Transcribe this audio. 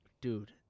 dude